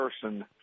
person